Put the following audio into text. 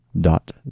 dot